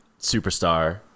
superstar